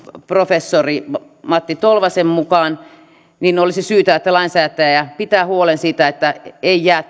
professori matti tolvasen mukaan olisi syytä että lainsäätäjä pitää huolen siitä että ei jää